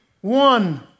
one